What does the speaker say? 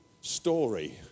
story